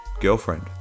girlfriend